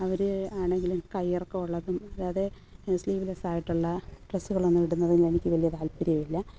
അവർ ആണെങ്കിലും കയ്യിറക്കം ഉള്ളതും അല്ലാതെ സ്ലീവ്ലെസ് ആയിട്ടുള്ള ഡ്രെസ്സുകളൊന്നും ഇടുന്നതിന് എനിക്ക് വലിയ താല്പര്യമില്ല